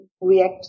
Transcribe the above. react